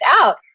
out